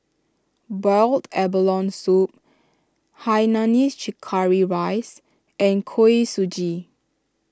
Boiled Abalone Soup Hainanese Curry Rice and Kuih Suji